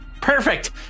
Perfect